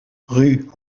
rue